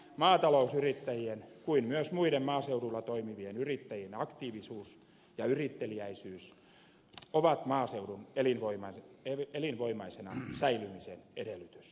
maatalousyrittäjien kuin myös muiden maaseudulla toimivien yrittäjien aktiivisuus ja yritteliäisyys ovat maaseudun elinvoimaisena säilymisen edellytys